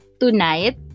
tonight